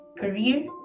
career